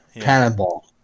Cannonball